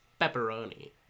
Pepperoni